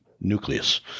nucleus